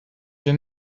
your